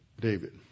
David